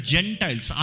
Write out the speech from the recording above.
Gentiles